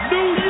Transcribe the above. New